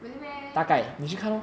really meh